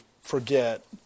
forget